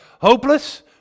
Hopeless